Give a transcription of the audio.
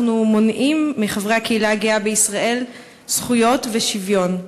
אנחנו מונעים מחברי הקהילה הגאה בישראל זכויות ושוויון.